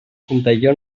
puntelló